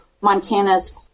Montana's